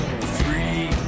Three